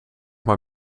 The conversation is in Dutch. maar